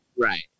Right